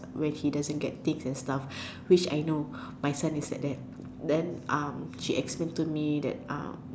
when he doesn't get things and stuff which I know my son is like that then um she explained to me that um